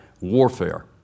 warfare